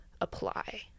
apply